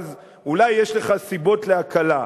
ואז יש לך אולי סיבות להקלה,